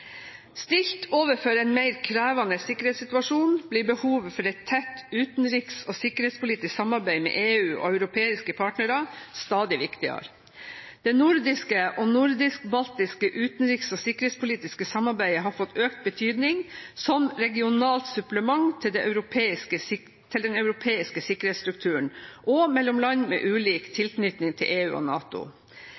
Stilt overfor en mer krevende sikkerhetssituasjon blir behovet for et tett utenriks- og sikkerhetspolitisk samarbeid med EU, og europeiske partnere, stadig viktigere. Det nordiske og nordisk–baltiske utenriks- og sikkerhetspolitiske samarbeidet har fått økt betydning, som regionalt supplement til den europeiske sikkerhetsstrukturen – og mellom land med ulik